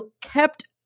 kept